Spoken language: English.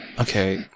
okay